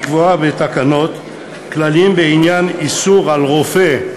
לקבוע בתקנות כללים בעניין איסור על רופא,